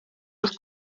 des